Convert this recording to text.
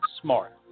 Smart